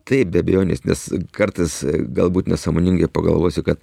taip be abejonės nes kartais galbūt nesąmoningai pagalvosi kad